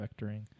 vectoring